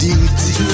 Duty